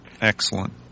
Excellent